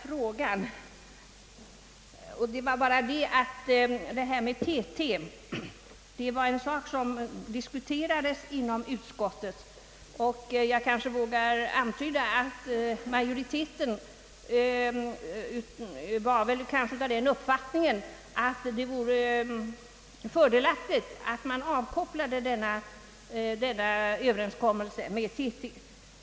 Frågan om TT diskuterades inom utskottet, och jag kanske vågar antyda att majoriteten var av den uppfattningen att det vore fördelaktigt att avkoppla överenskommelsen med TT.